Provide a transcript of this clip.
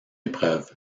épreuve